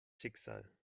schicksal